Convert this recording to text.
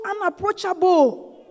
unapproachable